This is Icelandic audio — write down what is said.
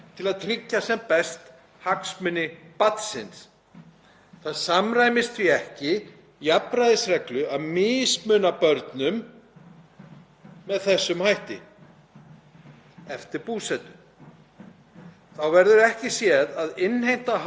með þessum hætti eftir búsetu. Þá verður ekki séð að innheimta af hálfu Innheimtustofnunar sveitarfélaga sé torveldari eftir því hvort móttakandi greiðslunnar er búsettur hérlendis eða erlendis.